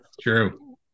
True